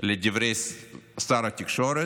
לדברי שר התקשורת.